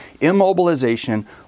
immobilization